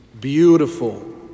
beautiful